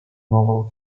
novel